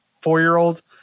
four-year-old